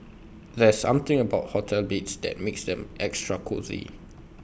there's something about hotel beds that makes them extra cosy